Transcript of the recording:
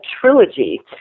trilogy